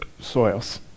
soils